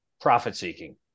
profit-seeking